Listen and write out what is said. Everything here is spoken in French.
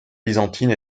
byzantine